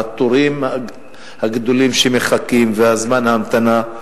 והתורים הגדולים שמחכים וזמן ההמתנה,